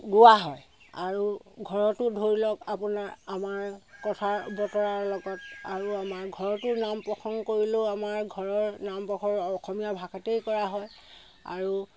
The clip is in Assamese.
গোৱা হয় আৰু ঘৰতো ধৰিলওক আপোনাৰ আমাৰ কথা বতৰাৰ লগত আৰু আমাৰ ঘৰতো নাম প্ৰসংগ কৰিলেও আমাৰ ঘৰৰ নাম প্ৰসংগ অসমীয়া ভাষাতেই কৰা হয় আৰু